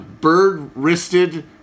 bird-wristed